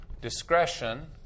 discretion